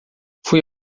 fui